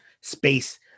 space